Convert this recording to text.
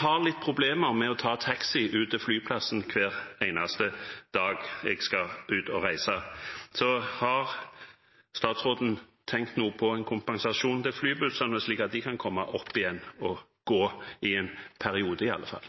har litt problemer med å ta taxi ut til flyplassen hver eneste dag jeg skal ut og reise. Har statsråden tenkt noe på en kompensasjon til flybussene, slik at de kan komme opp å gå igjen – i en periode, i alle